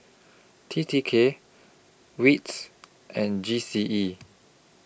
T T K WITS and G C E